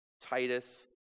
Titus